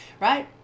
right